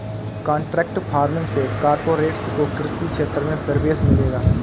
contract farming से corporates को कृषि क्षेत्र में प्रवेश मिलेगा